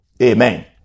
Amen